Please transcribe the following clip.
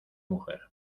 mujer